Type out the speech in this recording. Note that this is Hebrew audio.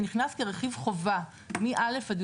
זה נכנס כרכיב חובה מ-א'-י"ב,